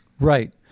Right